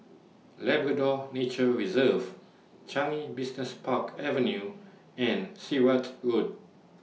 Labrador Nature Reserve Changi Business Park Avenue and Sirat Road